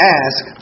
ask